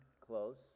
close